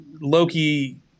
Loki